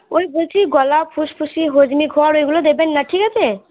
ওই বলছি গলা ফুসফুসি হজমি ওইগুলো দেবেন না ঠিক আছে